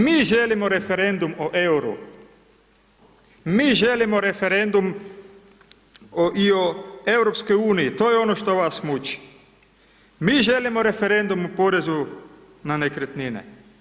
Mi želimo referendum o EUR-u, mi želimo referendum i o EU, to je ono što vas muči, mi želimo referendum o porezu na nekretnine.